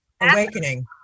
awakening